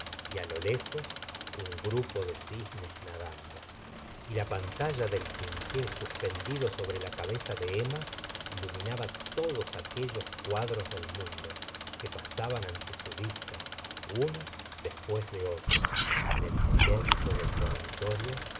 y lo lejos un grupo de cisnes nadando y la pantalla del quinqué suspendido sobre la cabeza de emma iluminaba todos aquellos cuadros del mundo que pasaban ante su vista unos después de otros en el silencio del dormitorio